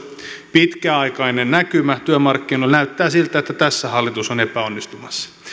pitkäaikainen näkymä työmarkkinoilla näyttää siltä että tässä hallitus on epäonnistumassa